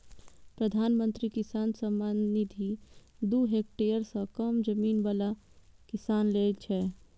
प्रधानमंत्री किसान सम्मान निधि दू हेक्टेयर सं कम जमीन बला किसान लेल छै